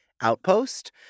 outpost